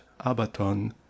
Abaton